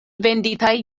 venditaj